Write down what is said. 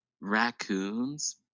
raccoons